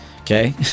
okay